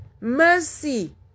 mercy